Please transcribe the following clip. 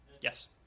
Yes